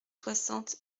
soixante